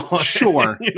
Sure